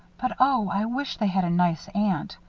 but oh, i wish they had a nice aunt.